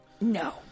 No